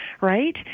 right